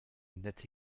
nette